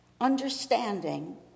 understanding